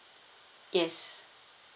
yes